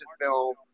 film